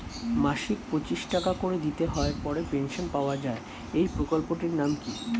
মাসিক পঁচিশ টাকা করে দিতে হয় পরে পেনশন পাওয়া যায় এই প্রকল্পে টির নাম কি?